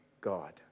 God